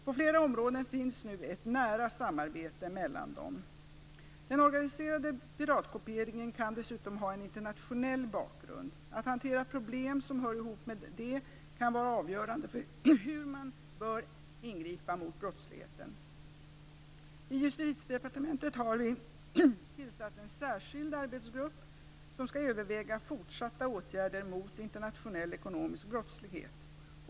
På flera områden finns nu ett nära samarbete mellan dem. Den organiserade piratkopieringen kan dessutom ha en internationell bakgrund. Att hantera problem som hör ihop med detta kan vara avgörande för hur man bör ingripa mot brottsligheten. I Justitiedepartementet har vi tillsatt en särskild arbetsgrupp som skall överväga fortsatta åtgärder mot internationell ekonomisk brottslighet.